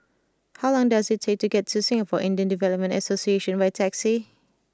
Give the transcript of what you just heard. how long does it take to get to Singapore Indian Development Association by taxi